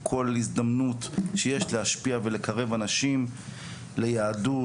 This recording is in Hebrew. בכל הזדמנות שיש להשפיע ולקרב אנשים ליהדות,